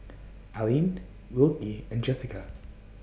Alline Wilkie and Jessica